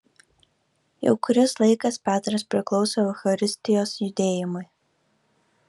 jau kuris laikas petras priklauso eucharistijos judėjimui